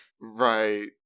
Right